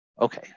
Okay